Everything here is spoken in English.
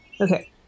Okay